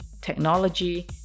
technology